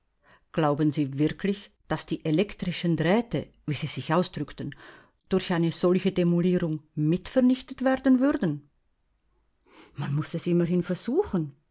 glauben sie wirklich daß die elektrischen drähte wie sie sich ausdrückten durch eine solche demolierung mit vernichtet werden würden man muß es immerhin versuchen